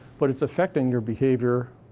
but it's affecting your behavior.